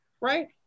right